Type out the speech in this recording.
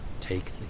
Take